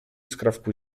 skrawku